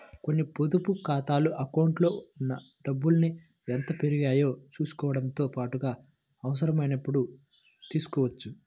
కొన్ని పొదుపు ఖాతాల అకౌంట్లలో ఉన్న డబ్బుల్ని ఎంత పెరిగాయో చూసుకోవడంతో పాటుగా అవసరమైనప్పుడు తీసుకోవచ్చు